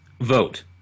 Vote